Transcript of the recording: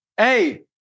Hey